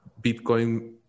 Bitcoin